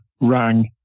rang